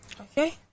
Okay